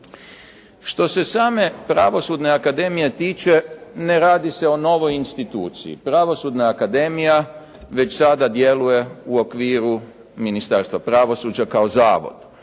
Što se same pravosudne akademije tiče ne radi se o novoj instituciji, Pravosudna akademija već sada djeluje u okviru Ministarstva pravosuđa kao Zavod,